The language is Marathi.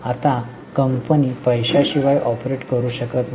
आता कंपनी पैशाशिवाय ऑपरेट करू शकत नाही